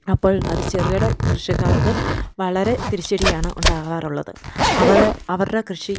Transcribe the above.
അപ്പോൾ അത് ചെറുകിട കൃഷിക്കാർക്ക് വളരെ തിരിച്ചടിയാണ് ഉണ്ടാകാറുള്ളത് അവർ അവരുടെ കൃഷി